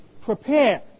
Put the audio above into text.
prepare